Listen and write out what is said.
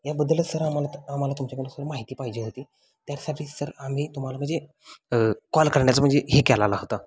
याबद्दलच sir आम्हाला आम्हाला तुमच्याकडून सर माहिती पाहिजे होती त्यासाठी सर आम्ही तुम्हाला म्हणजे कॉल करण्याचं म्हणजे हे केलेला होता